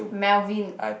Melvin